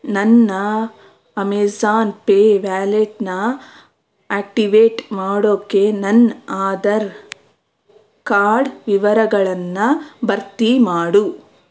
ನನ್ನ Amazon Pay ವ್ಯಾಲೆಟನ್ನ activate ಮಾಡೋಕ್ಕೆ ನನ್ನ ಆಧಾರ್ ಕಾರ್ಡ್ ವಿವರಗಳನ್ನು ಭರ್ತಿ ಮಾಡು